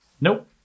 Nope